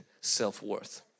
self-worth